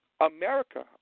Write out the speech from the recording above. America